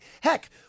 Heck